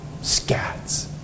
scats